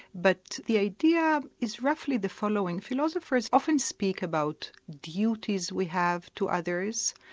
but the idea is roughly the following philosophers often speak about duties we have to others,